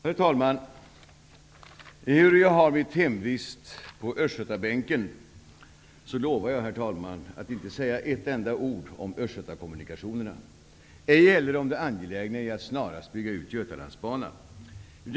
Herr talman! Ehuru jag har mitt hemvist på östgötabänken lovar jag att inte säga ett enda ord om östgötakommunikationerna, ej heller om det angelägna i att snarast bygga ut Götalandsbanan.